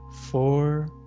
four